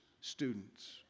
students